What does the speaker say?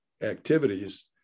activities